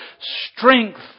strength